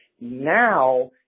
now